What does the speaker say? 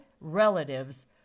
relatives